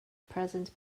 present